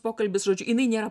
pokalbis žodžiu jinai nėra